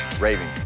Raving